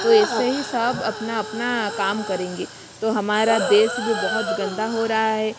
तो ऐसे ही सब अपना अपना काम करेंगे तो हमारा देश भी बहुत गंदा हो रहा है